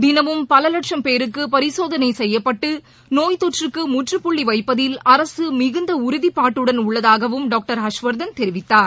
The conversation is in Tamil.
தினமும் பல லட்சம் பேருக்கு பரிசோதனை செய்யப்பட்டு நோய்த் தொற்றுக்கு முற்றுப்புள்ளி வைப்பதில் அரசு மிகுந்த உறுதிப்பாட்டுடன் உள்ளதாகவும் டாக்டர் ஹர்ஷ்வர்தன் தெரிவித்தார்